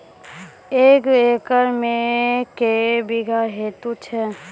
एक एकरऽ मे के बीघा हेतु छै?